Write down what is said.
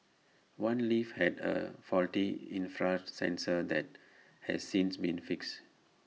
one lift had A faulty infrared sensor that has since been fixed